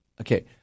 okay